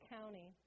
County